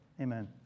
Amen